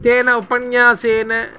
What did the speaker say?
तेन उपन्यासेन